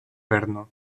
berno